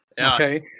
okay